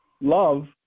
love